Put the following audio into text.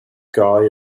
sky